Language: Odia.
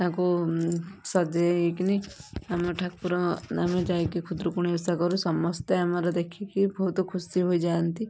ତାଙ୍କୁ ସଜେଇକିନି ଆମ ଠାକୁର ଆମେ ଯାଇକି ଖୁଦୁରୁକୁଣୀ ଓଷା କରୁ ସମସ୍ତେ ଆମର ଦେଖିକି ବହୁତ ଖୁସି ହୋଇଯାନ୍ତି